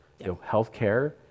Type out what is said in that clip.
healthcare